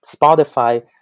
Spotify